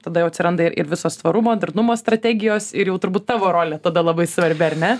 tada jau atsiranda ir ir visos tvarumo darnumo strategijos ir jau turbūt tavo rolė tada labai svarbi ar ne